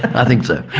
i think so.